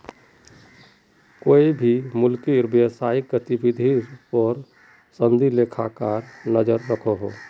कोए भी मुल्केर व्यवसायिक गतिविधिर पोर संदी लेखाकार नज़र रखोह